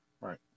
Right